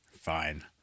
Fine